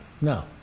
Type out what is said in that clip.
No